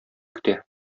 көтә